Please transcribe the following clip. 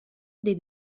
dei